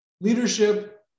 leadership